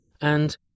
and